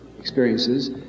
experiences